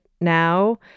now